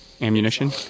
ammunition